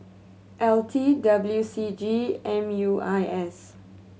L T W C G M U I S